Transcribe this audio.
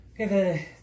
Okay